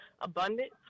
abundance